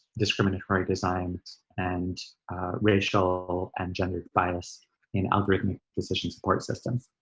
discriminatory designs and racial and gender bias in algorithmic decision support systems.